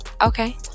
Okay